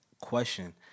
question